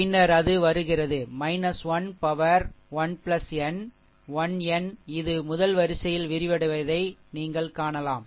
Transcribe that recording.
பின்னர் அது வருகிறது 1 power 1 n 1n இது முதல் வரிசையில் விரிவடைவதை நீங்கள் காணலாம்